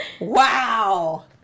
Wow